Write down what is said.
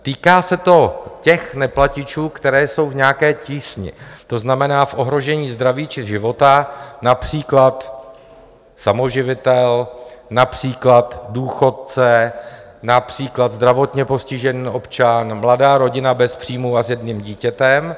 Týká se to těch neplatičů, kteří jsou v nějaké tísni, to znamená v ohrožení zdraví či života, například samoživitel, například důchodce, například zdravotně postižený občan, mladá rodina bez příjmů a s jedním dítětem.